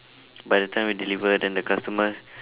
by the time we deliver then the customer